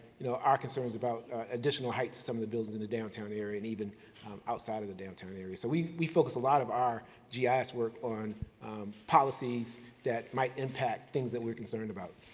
you know, our concerns about additional heights to some of the buildings in the downtown area, and even outside of the downtown area. so, we we focus a lot of our gis ah work on policies that might impact things that we're concerned about.